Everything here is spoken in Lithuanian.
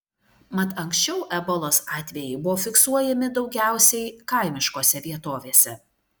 mat anksčiau ebolos atvejai buvo fiksuojami daugiausiai kaimiškose vietovėse